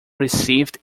received